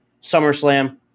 SummerSlam